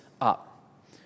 up